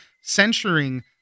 censuring